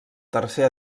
tercer